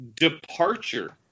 Departure